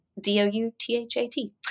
D-O-U-T-H-A-T